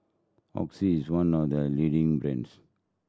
Oxy is one of the leading brands